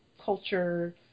culture